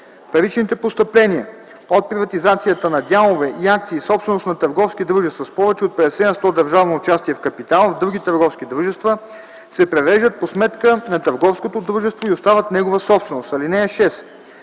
Паричните постъпления от приватизацията на дялове и акции, собственост на търговски дружества с повече от 50 на сто държавно участие в капитала в други търговски дружества, се превеждат по сметка на търговското дружество и остават негова собственост. (6)